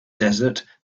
desert